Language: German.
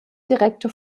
direkte